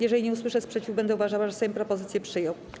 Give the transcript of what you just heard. Jeżeli nie usłyszę sprzeciwu, będę uważała, że Sejm propozycję przyjął.